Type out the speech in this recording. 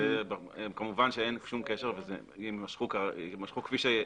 אין שום קשר, ויימשכו כפי שהיו.